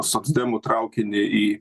socdemų traukinį į